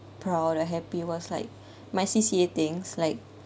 proud or happy was like my C_C_A things like